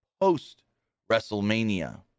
post-WrestleMania